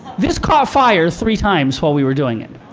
this caught fire three times while we were doing it,